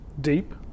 deep